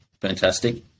Fantastic